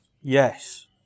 Yes